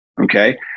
Okay